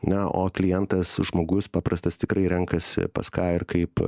na o klientas žmogus paprastas tikrai renkasi pas ką ir kaip